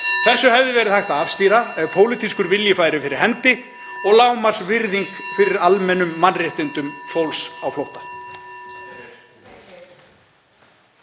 Þessu hefði verið hægt að afstýra ef pólitískur vilji væri fyrir hendi og lágmarksvirðing fyrir almennum mannréttindum fólks á flótta.